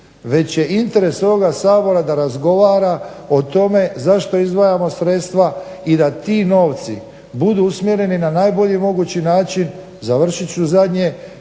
već je interes ovoga Sabora da razgovara o tome zašto izdvajamo sredstva i da ti novci budu usmjereni na najbolji mogući način, završit ću zadnje.